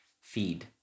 feed